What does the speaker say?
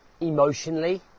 emotionally